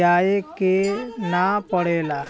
जाये के ना पड़ेला